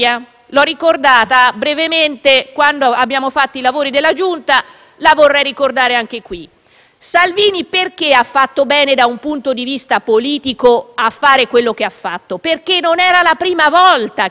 qui. Perché ha fatto bene Salvini, da un punto di vista politico, a fare quello che ha fatto? Perché non era la prima volta che il centrodestra si trovava di fronte alla questione relativa al blocco degli sbarchi.